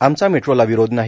आमचा मेट्रोला विरोध नाही